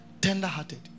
Tender-hearted